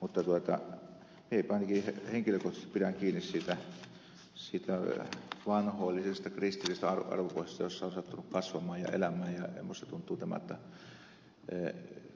mutta minä ainakin henkilökohtaisesti pidän kiinni siitä vanhoillisesta kristillisestä arvopohjasta jossa olen sattunut kasvamaan ja elämään ja minusta tuntuu että